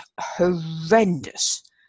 horrendous